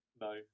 no